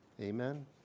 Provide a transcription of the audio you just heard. Amen